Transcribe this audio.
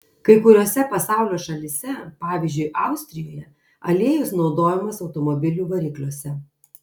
kai kuriose pasaulio šalyse pavyzdžiui austrijoje aliejus naudojamas automobilių varikliuose